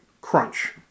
Crunch